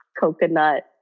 coconut